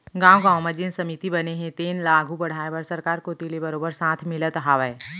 गाँव गाँव म जेन समिति बने हे तेन ल आघू बड़हाय बर सरकार कोती ले बरोबर साथ मिलत हावय